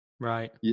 Right